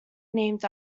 named